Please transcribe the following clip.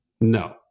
no